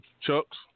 chucks